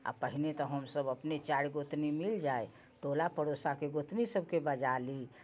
आओर पहिने तऽ हमसभ अपने चारि गोतनी मिल जाइ टोला पड़ोसाके गोतनी सभके बजा ली